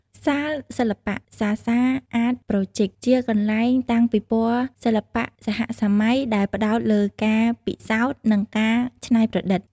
សាលសិល្បៈសា សា អាត ប្រូចីក ជាកន្លែងតាំងពិពណ៌សិល្បៈសហសម័យដែលផ្តោតលើការពិសោធន៍ និងការច្នៃប្រឌិត។